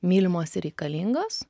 mylimos ir reikalingos